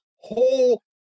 whole